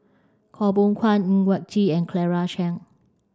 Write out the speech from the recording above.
Khaw Boon Wan Ng Yak Whee and Claire Chiang